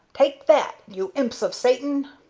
take that, you imps of satan!